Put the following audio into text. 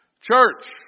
Church